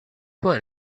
when